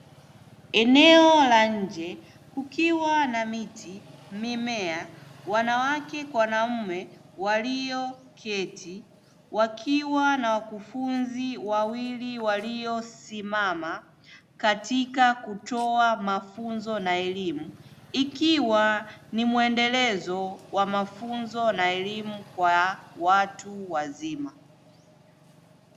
Eneo la nje kukiwa na miti, mimea, wanawake kwa wanaume walioketi wakiwa na wakufunzi wawili waliosimama katika kutoa mafunzo na elimu; ikiwa ni muendelezo wa mafunzo na elimu kwa watu wazima.